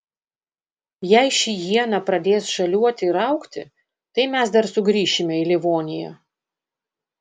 jei ši iena pradės žaliuoti ir augti tai mes dar sugrįšime į livoniją